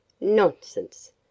Nonsense